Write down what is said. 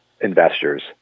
investors